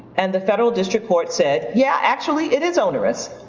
and the federal district court said, yeah, actually it is onerous,